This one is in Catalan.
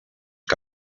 que